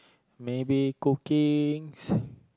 maybe cookings